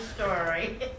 story